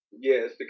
Yes